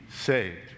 saved